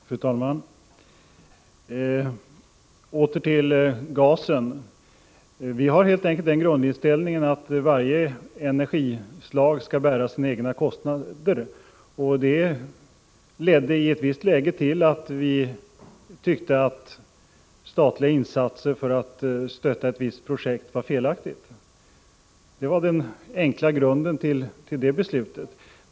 Fru talman! Jag vill nämna ytterligare något om gasen. Vi har helt enkelt den grundinställningen att varje energislag skall bära sina egna kostnader. Det ledde i ett visst läge till att vi tyckte att det var felaktigt att med statliga insatser stötta ett visst projekt. Det var den enkla grunden till det beslutet.